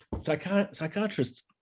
psychiatrists